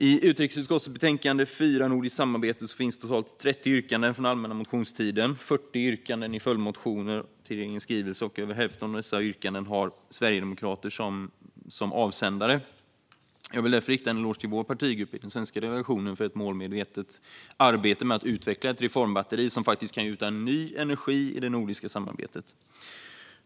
I utrikesutskottets betänkande 4 Nordiskt samarbete finns totalt 30 yrkanden från allmänna motionstiden och 40 yrkanden i följdmotioner till regeringens skrivelse. Över hälften av dessa yrkanden har sverigedemokrater som avsändare. Jag vill därför rikta en eloge till vår partigrupp i den svenska delegationen för ett målmedvetet arbete med att utveckla ett reformbatteri som faktiskt kan gjuta ny energi i det nordiska samarbetet.